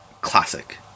classic